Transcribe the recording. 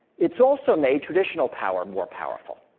it's also made traditional power more powerful.